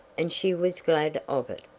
and she was glad of it.